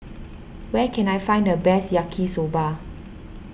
where can I find the best Yaki Soba